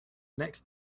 next